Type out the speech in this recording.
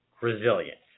resilience